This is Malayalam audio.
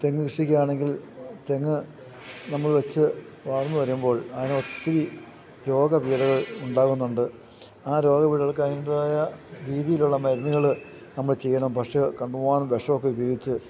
തെങ്ങ് കൃഷിക്ക് ആണെങ്കിൽ തെങ്ങ് നമ്മൾ വെച്ച് വാർന്ന് വരുമ്പോൾ അതിന് ഒത്തിരി രോഗപീടകൾ ഉണ്ടാകുന്നുണ്ട് ആ രോഗപീടകൾക്ക് അതിൻ്റെതായ രീതിയിലുള്ള മരുന്നുകൾ നമ്മൾ ചെയ്യണം പക്ഷേ കണ്ടമാനം വിഷം ഒക്കെ ഉപയോഗിച്ച്